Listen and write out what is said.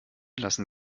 lassen